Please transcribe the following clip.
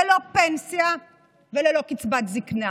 ללא פנסיה וללא קצבת זקנה.